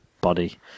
body